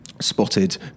Spotted